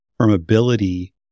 permeability